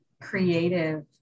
creative